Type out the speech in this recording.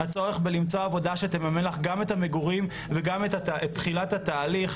הצורך למצוא עבודה שתממן לך גם את המגורים וגם את תחילת התהליך,